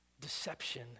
deception